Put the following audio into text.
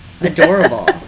Adorable